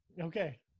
Okay